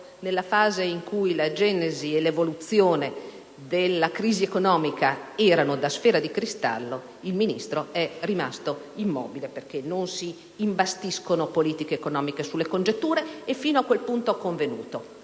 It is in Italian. Nel momento in cui la genesi e l'evoluzione della crisi economica erano da sfera di cristallo; il Ministro è rimasto immobile, perché non si imbastiscono politiche economiche sulle congetture. E fino a quel punto ho convenuto.